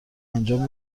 انجام